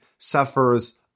Suffers